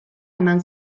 eman